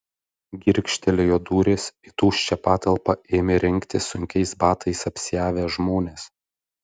girgžtelėjo durys į tuščią patalpą ėmė rinktis sunkiais batais apsiavę žmonės